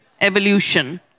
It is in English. evolution